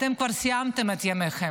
אתם כבר סיימתם את ימיכם,